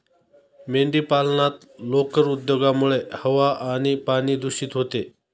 मेंढीपालनात लोकर उद्योगामुळे हवा आणि पाणी दूषित होते